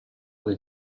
che